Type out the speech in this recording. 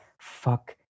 Fuck